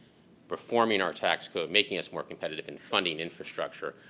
performing our tax code, making us more competitive in funding infrastructure,